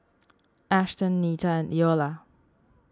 Ashton Neta and Iola